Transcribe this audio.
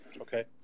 Okay